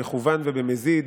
במכוון ובמזיד.